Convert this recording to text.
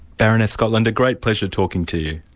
baroness scotland, a great pleasure talking to you.